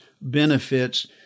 benefits